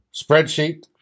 spreadsheet